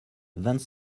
vingt